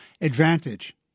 advantage